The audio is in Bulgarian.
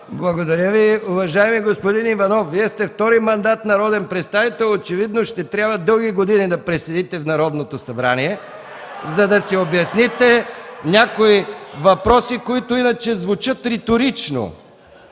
Благодаря Ви. Уважаеми господин Иванов, Вие сте втори мандат народен представител. Очевидно ще трябва дълги години да преседите в Народното събрание (смях), за да си обясните някои въпроси, които иначе звучат риторично.